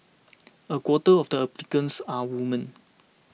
a quarter of the applicants are women